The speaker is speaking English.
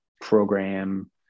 program